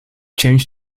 changed